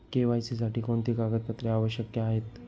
KYC साठी कोणती कागदपत्रे आवश्यक आहेत?